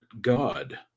God